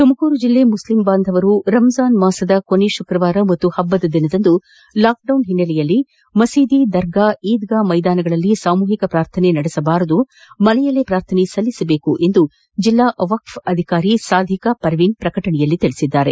ತುಮಕೂರು ಜಿಲ್ಲೆಯ ಮುಸ್ಲಿಂ ಬಾಂಧವರು ರಂಜಾನ್ ಮಾಸದ ಕೊನೆ ಶುಕ್ರವಾರ ಹಾಗೂ ಪಬ್ಲದ ದಿನದಂದು ಲಾಕ್ಡೌನ್ ಓನ್ನೆಲೆಯಲ್ಲಿ ಮಹೀದಿ ದರ್ಗಾ ಈದ್ಗಾ ಮೈದಾನಗಳಲ್ಲಿ ಸಾಮೂಹಕ ಪ್ರಾರ್ಥನೆ ನಡೆಸದೆ ಮನೆಯಲ್ಲಿಯೇ ಪ್ರಾರ್ಥನೆ ಸಲ್ಲಿಸಬೇಕು ಎಂದು ಜಿಲ್ಲಾ ವಕ್ಫ್ ಅಧಿಕಾರಿ ಸಾದಿಖಾ ಪರ್ವಿನ್ ಪ್ರಕಟಣೆಯಲ್ಲಿ ತಿಳಿಸಿದ್ದಾರೆ